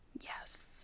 Yes